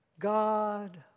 God